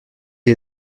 est